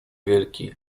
wielki